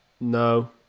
No